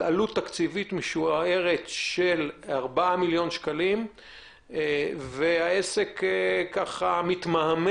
על עלות תקציבית משוערת של ארבעה מיליון שקלים והעסק מתמהמה.